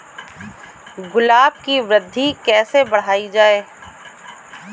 गुलाब की वृद्धि कैसे बढ़ाई जाए?